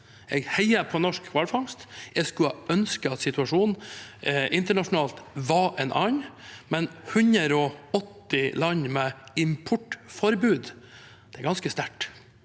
til InvestEU hvalfangst. Jeg skulle ønske at situasjonen internasjonalt var en annen, men 180 land med importforbud er ganske sterkt.